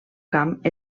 camp